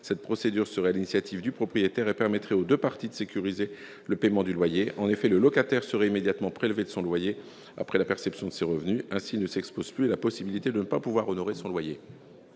en oeuvre sur l'initiative du propriétaire et permettrait aux deux parties de sécuriser le paiement du loyer. En effet, le locataire serait immédiatement prélevé de son loyer après la perception de ses revenus. Ainsi, il ne s'exposerait plus au risque de ne pouvoir honorer son loyer.